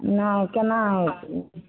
हँ केना हेतै